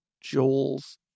Joel's